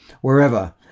wherever